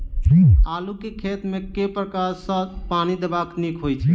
आलु केँ खेत मे केँ प्रकार सँ पानि देबाक नीक होइ छै?